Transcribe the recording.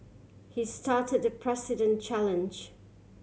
he started the President challenge